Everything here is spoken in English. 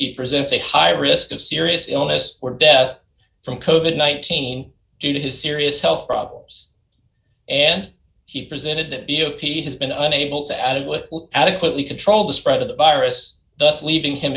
he presents a high risk of serious illness or death from co the nineteen due to his serious health problems and he presented b o p has been unable to adequately adequately control the spread of the virus thus leaving him